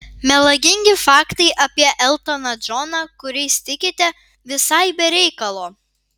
melagingi faktai apie eltoną džoną kuriais tikite visai be reikalo